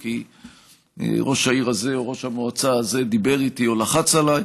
או כי ראש העיר הזה או ראש המועצה הזה דיבר איתי או לחץ עליי.